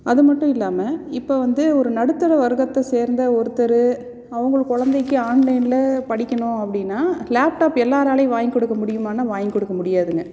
அது மட்டும் இல்லாமல் இப்போ வந்து ஒரு நடுத்தர வர்க்கத்த சேர்ந்த ஒருத்தர் அவங்கள் குழந்தைக்கி ஆன்லைனில் படிக்கணும் அப்படினா லேப்டாப் எல்லோராலையும் வாங்கி கொடுக்க முடியுமானா வாங்கி கொடுக்க முடியாதுங்க